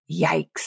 Yikes